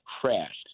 crashed